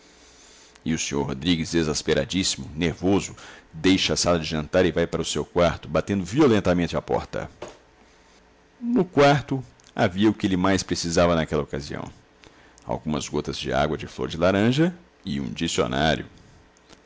e o senhor rodrigues exasperadíssimo nervoso deixa a sala de jantar e vai para o seu quarto batendo violentamente a porta no quarto havia o que ele mais precisava naquela ocasião algumas gotas de água de flor de laranja e um dicionário